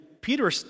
Peter